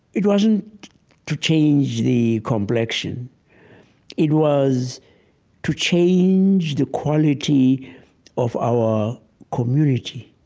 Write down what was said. it wasn't to change the complexion it was to change the quality of our community,